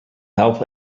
help